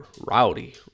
Rowdy